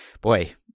boy